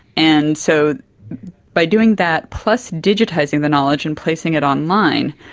and so by doing that, plus digitising the knowledge and placing it online,